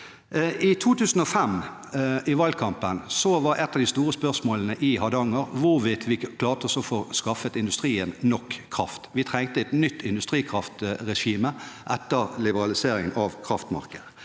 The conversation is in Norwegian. I valgkampen i 2005 var et av de store spørsmålene i Hardanger hvorvidt vi klarte å få skaffet industrien nok kraft. Vi trengte et nytt industrikraftregime etter liberaliseringen av kraftmarkedet.